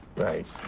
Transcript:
right.